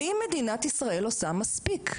האם מדינת ישראל עושה מספיק?